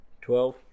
Twelve